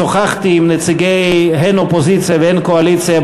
שוחחתי בנדון עם נציגי האופוזיציה והקואליציה,